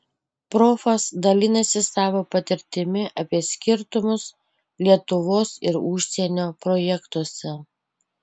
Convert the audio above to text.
profas dalinasi savo patirtimi apie skirtumus lietuvos ir užsienio projektuose